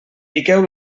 piqueu